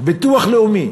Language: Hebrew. ביטוח לאומי